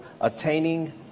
attaining